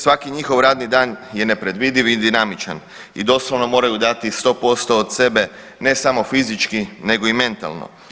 Svaki njihov radni dan je nepredvidiv i dinamičan i doslovno moraju dati sto posto od sebe ne samo fizički, nego i mentalno.